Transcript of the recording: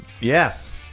Yes